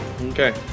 Okay